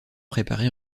préparé